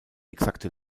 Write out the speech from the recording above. exakte